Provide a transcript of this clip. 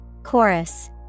Chorus